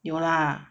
有啦